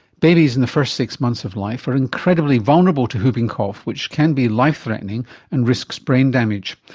babies in the first six months of life are incredibly vulnerable to whooping cough, which can be life threatening and risks brain damage.